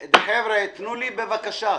חבר'ה, תנו לי, בבקשה.